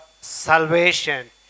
salvation